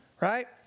Right